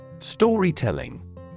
Storytelling